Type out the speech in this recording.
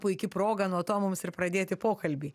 puiki proga nuo to mums ir pradėti pokalbį